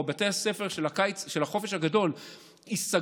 שבתי הספר של החופש הגדול ייסגרו,